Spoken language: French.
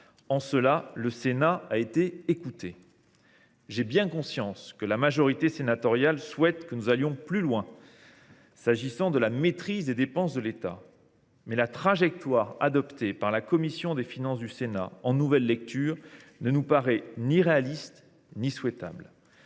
En cela, le Sénat a été écouté. J’en ai bien conscience, la majorité sénatoriale souhaite que nous allions plus loin en matière de maîtrise des dépenses de l’État. Mais la trajectoire adoptée par la commission des finances du Sénat en nouvelle lecture ne nous paraît ni réaliste ni souhaitable.